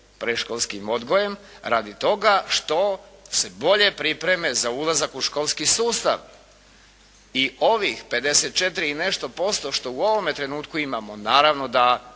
predškolskim odgojem radi toga što se bolje pripreme za ulazak u školski sustav i ovih 54 i nešto posto što u ovome trenutku imamo naravno da